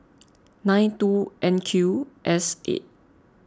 nine two N Q S eight